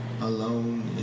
alone